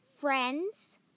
friends